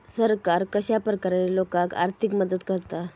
सरकार कश्या प्रकारान लोकांक आर्थिक मदत करता?